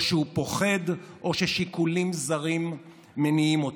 או שהוא פוחד או ששיקולים זרים מניעים אותו.